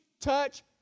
touch